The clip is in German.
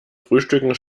frühstücken